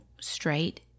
straight